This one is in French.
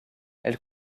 elle